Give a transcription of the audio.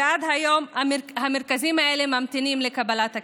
ועד היום המרכזים האלה ממתינים לקבלת הכסף.